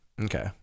Okay